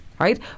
Right